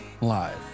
live